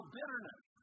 bitterness